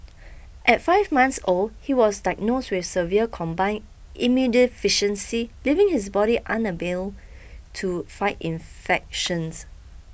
at five months old he was diagnosed with severe combined immunodeficiency leaving his body to fight infections